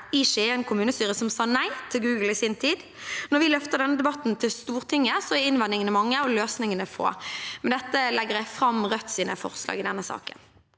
Skien kommunestyre som sa nei til Google i sin tid. Når vi løfter denne debatten til Stortinget, er innvendingene mange og løsningene få. Med dette legger jeg fram Rødts forslag i saken.